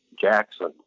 Jackson